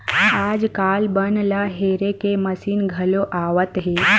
आजकाल बन ल हेरे के मसीन घलो आवत हे